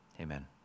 amen